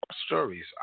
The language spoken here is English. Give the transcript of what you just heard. stories